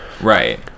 Right